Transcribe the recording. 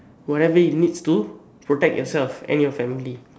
whatever it needs to protect yourself and your family